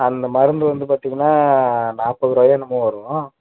அந்த மருந்து வந்து பார்த்தீங்கன்னா நாற்பது ரூபாயோ என்னமோ வரும்